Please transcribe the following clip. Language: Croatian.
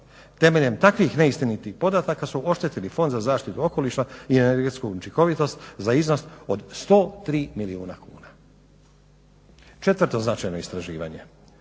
Temeljem takvih neistinitih podataka su oštetili Fond za zaštitu okoliša i energetsku učinkovitost za iznos od 103 milijuna kuna. Četvrto značajno istraživanje.